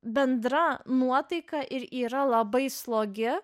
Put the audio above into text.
bendra nuotaika ir yra labai slogi